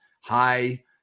high